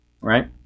Right